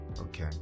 Okay